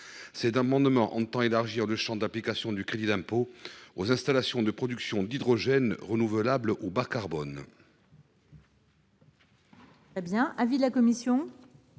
Cet amendement a pour objet d’élargir le champ d’application du crédit d’impôt aux installations de production d’hydrogène renouvelable ou bas carbone.